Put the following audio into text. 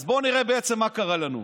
אז בואו נראה מה קרה לנו: